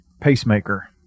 Pacemaker